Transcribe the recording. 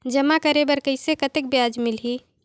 जमा करे बर कइसे कतेक ब्याज मिलही?